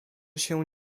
się